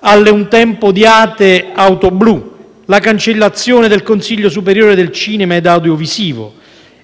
alle un tempo odiate auto blu; la cancellazione del Consiglio superiore del cinema e dell'audiovisivo